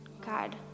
God